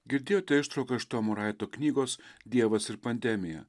girdėjote ištrauką iš tomo raito knygos dievas ir pandemija